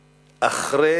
אחרי,